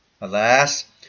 Alas